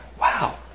wow